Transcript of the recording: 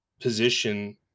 position